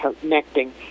connecting